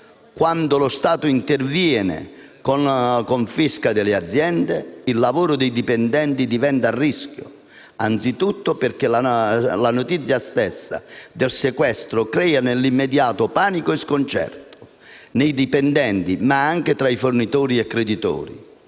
Quando lo Stato interviene con la confisca delle aziende, il lavoro dei dipendenti diventa a rischio, anzitutto perché la notizia stessa del sequestro crea nell'immediato panico e sconcerto, nei dipendenti ma anche tra i fornitori e i creditori.